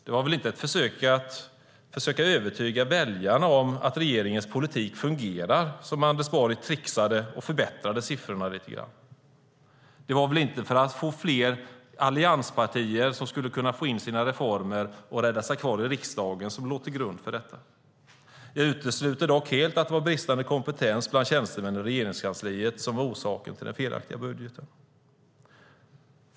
Det var väl inte i ett försök att övertyga väljarna om att regeringens politik fungerar som Anders Borg tricksade och förbättrade siffrorna lite grann? Det var väl inte ett försök att få fler allianspartier som skulle kunna få in sina reformer och rädda sig kvar i riksdagen som låg till grund för detta? Jag utesluter helt att det var bristande kompetens bland tjänstemännen i Regeringskansliet som var orsaken till den felaktiga budgeten.